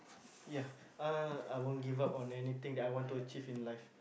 ya uh I won't give up on anything that I want to achieve in life